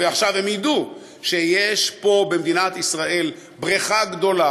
עכשיו הן ידעו שיש פה במדינת ישראל בריכה גדולה